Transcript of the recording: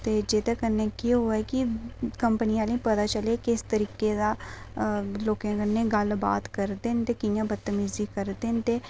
ते जेह्दे कन्नै केह् होआ कि कंपनी आह्लें गी पता चलै कि किस तरीकै दा ते लोकें कन्नै गल्ल बात करदे न ते कियां बदतमीज़ी करदे न ते